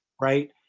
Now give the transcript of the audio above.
right